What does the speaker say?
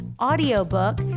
audiobook